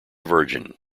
virgin